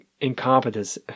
incompetence